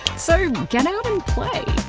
so get out and play!